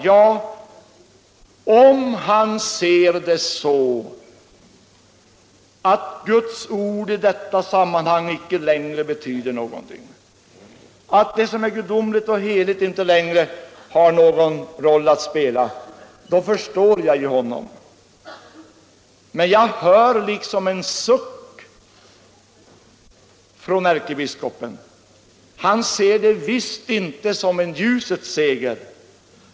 Ja, om han ser det så att Guds ord i detta sammanhang icke längre betyder något, att det som är gudomligt och heligt inte längre spelar någon roll, då förstår jag honom. Men jag hör liksom en suck från ärkebiskopen. Han ser det visst inte som en ljusets seger.